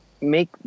make